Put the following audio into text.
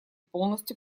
полностью